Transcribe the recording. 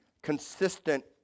Consistent